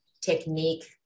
technique